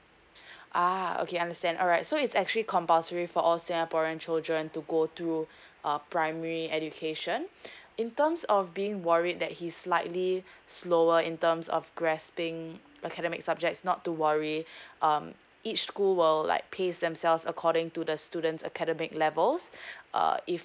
ah okay understand alright so is actually compulsory for all singaporean children to go through a primary education in terms of being worried that he's slightly slower in terms of grasping academic subjects not to worry um each school will like pace themselves according to the students academic levels uh if